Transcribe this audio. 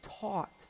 taught